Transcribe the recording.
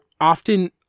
often